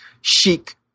chic